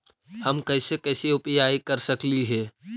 हम कैसे कैसे यु.पी.आई कर सकली हे?